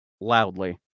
Loudly